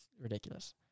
ridiculous